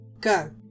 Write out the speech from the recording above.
Go